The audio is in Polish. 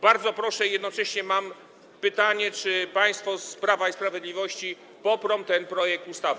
Bardzo o to proszę i jednocześnie mam pytanie: Czy państwo z Prawa i Sprawiedliwości poprą ten projekt ustawy?